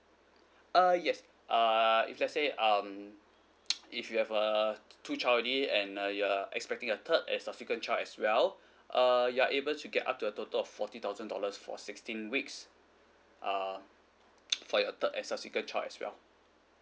uh yes uh if let's say um if you have err two child already and uh you're expecting a third and subsequent child as well uh you're able to get up to a total of forty thousand dollars for sixteen weeks uh for your third and subsequent child as well